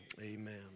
amen